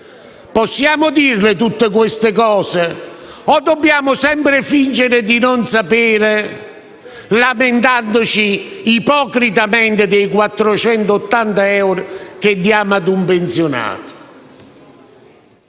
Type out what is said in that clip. Possiamo dirle, tutte queste cose, o dobbiamo sempre fingere di non sapere, lamentandoci ipocritamente dei 480 euro che diamo ad un pensionato?